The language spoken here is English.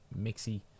mixy